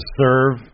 serve